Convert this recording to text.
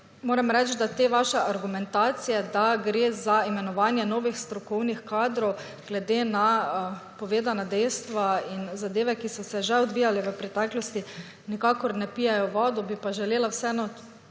moram reči, da te vaše argumentacije, da gre za imenovanje novih strokovnih kadrov glede na povedana dejstva in zadeve, ki so se že odvijale v preteklosti, nikakor ne pijejo vodo, bi pa želela vseeno